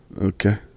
okay